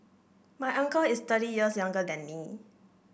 my uncle is thirty years younger than me